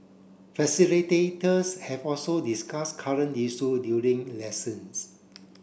facilitators have also discuss current issue during lessons